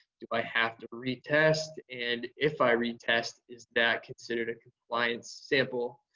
do i have to retest and if i retest is that considered a compliance sample?